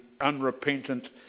unrepentant